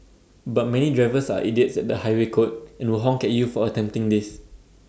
but many drivers are idiots at the highway code and will honk at you for attempting this